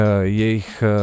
jejich